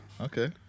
Okay